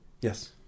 Yes